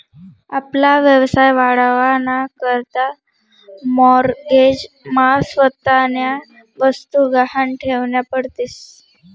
आपला व्यवसाय वाढावा ना करता माॅरगेज मा स्वतःन्या वस्तु गहाण ठेवन्या पडतीस